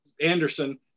Anderson